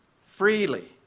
freely